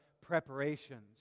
preparations